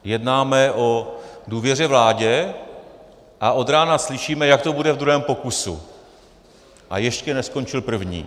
Jednáme o důvěře vládě a od rána slyšíme, jak to bude ve druhém pokusu, a ještě neskončil první.